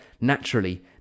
naturally